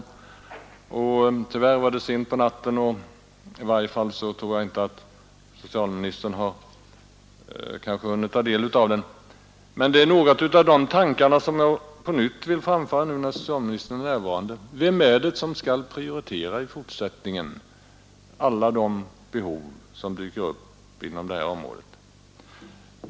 Tyvärr var det sent på natten, och i varje fall tror jag inte socialministern ännu hunnit ta del av debatten, och det är några av de då framförda tankarna som jag på nytt ville ta upp nu när socialministern är närvarande. Vem är det som i fortsättningen skall prioritera bland alla de behov som dyker upp på detta område?